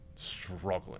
struggling